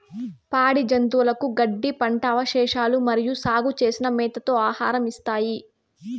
పాడి జంతువులకు గడ్డి, పంట అవశేషాలు మరియు సాగు చేసిన మేతతో ఆహారం ఇస్తారు